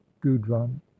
gudrun